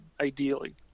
ideally